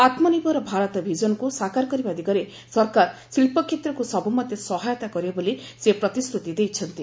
ଆତ୍ମନିର୍ଭର ଭାରତ ଭିଜନକୁ ସାକାର କରିବା ଦିଗରେ ସରକାର ଶିଳ୍ପ କ୍ଷେତ୍ରକ୍ ସବ୍ରମତେ ସହାୟତା କରିବେ ବୋଲି ସେ ପ୍ରତିଶ୍ରତି ଦେଇଛନ୍ତି